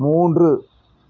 மூன்று